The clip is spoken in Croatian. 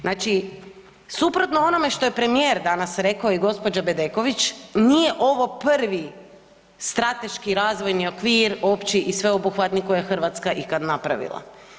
Znači suprotno onome što je premijer danas rekao i gospođa Bedeković nije ovo prvi strateški razvojni okvir opći i sveobuhvatni koji je Hrvatska ikad napravila.